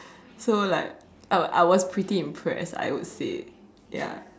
so like I I was pretty impressed I would say ya